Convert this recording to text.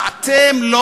אתם לא